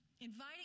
inviting